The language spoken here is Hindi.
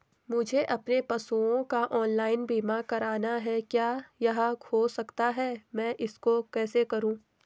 मुझे अपने पशुओं का ऑनलाइन बीमा करना है क्या यह हो सकता है मैं इसको कैसे करूँ?